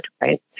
right